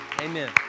Amen